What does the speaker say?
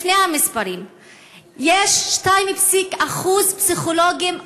לפני המספרים: יש 2.5% פסיכולוגים ערבים.